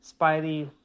Spidey